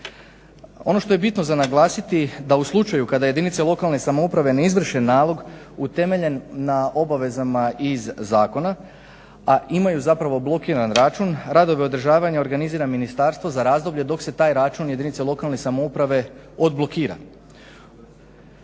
Ono što je bitno za naglasiti da u slučaju kada jedinice lokalne samouprave ne izvrše nalog utemeljen na obavezama iz zakona a imaju blokiran račun radove održavanja organizira ministarstvo za razdoblje dok se taj račun jedinice lokalne samouprave odblokira.